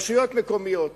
רשויות מקומיות,